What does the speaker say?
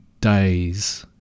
days